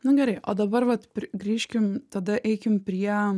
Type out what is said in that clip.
nu gerai o dabar vat grįžkim tada eikim prie